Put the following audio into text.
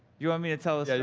you want me to tell the story?